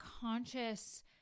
conscious